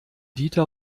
dieter